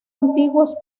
antiguos